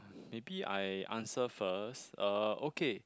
maybe I answer first uh okay